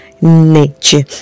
nature